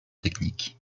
techniques